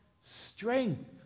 strength